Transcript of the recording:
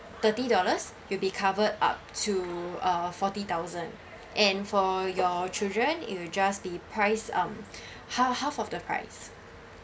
thirty dollars you'll be covered up to uh forty thousand and for your children it'll just be price um half half of the price